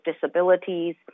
disabilities